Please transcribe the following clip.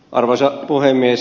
arvoisa puhemies